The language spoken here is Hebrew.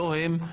לא הם,